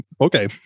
okay